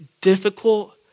difficult